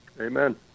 Amen